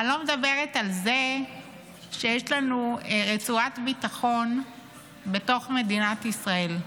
אני לא מדברת על זה שיש לנו רצועת ביטחון בתוך מדינת ישראל,